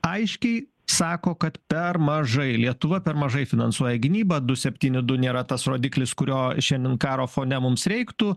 aiškiai sako kad per mažai lietuva per mažai finansuoja gynybą du septyni du nėra tas rodiklis kurio šiandien karo fone mums reiktų